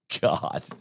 God